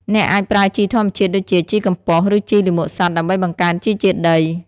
អ្នកអាចប្រើជីធម្មជាតិដូចជាជីកំប៉ុស្ត ឬជីលាមកសត្វ ដើម្បីបង្កើនជីជាតិដី។